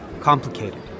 complicated